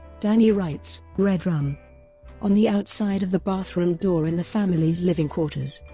danny writes redrum on the outside of the bathroom door in the family's living quarters.